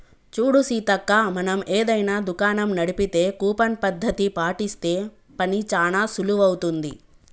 చూడు సీతక్క మనం ఏదైనా దుకాణం నడిపితే కూపన్ పద్ధతి పాటిస్తే పని చానా సులువవుతుంది